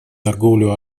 торговлю